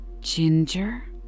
Ginger